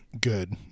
good